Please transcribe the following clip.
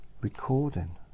Recording